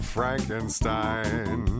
Frankenstein